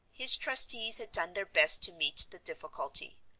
his trustees had done their best to meet the difficulty.